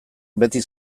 beti